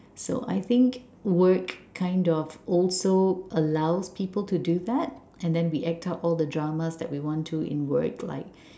so I think work kind of also allows people to do that and then we act out all the drama that we want to in work like